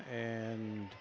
and